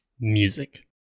music